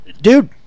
dude